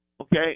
Okay